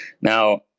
now